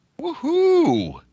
Woohoo